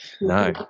No